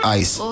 ice